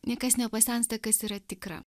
niekas nepasensta kas yra tikra